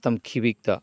ꯃꯇꯝ ꯈꯤꯕꯤꯛꯇ